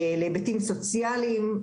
להיבטים סוציאליים.